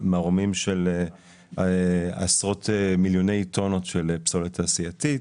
מערומים של עשרות מיליוני טונות של פסולת תעשייתית.